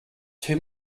too